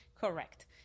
Correct